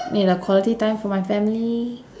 need the quality time for my family